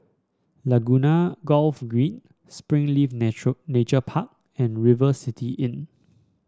Laguna Golf Green Springleaf Nature Nature Park and River City Inn